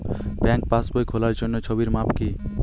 ব্যাঙ্কে পাসবই খোলার জন্য ছবির মাপ কী?